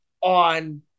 on